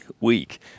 week